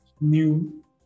new